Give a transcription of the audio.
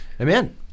Amen